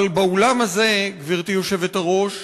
אבל באולם הזה, גברתי היושבת-ראש,